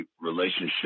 relationship